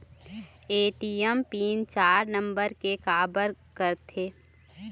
ATM pin चार number के काबर करथे?